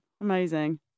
Amazing